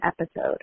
episode